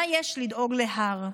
מה יש לדאוג להר?